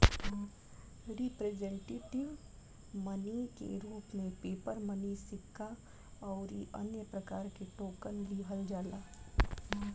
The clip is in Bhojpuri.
रिप्रेजेंटेटिव मनी के रूप में पेपर मनी सिक्का अउरी अन्य प्रकार के टोकन लिहल जाला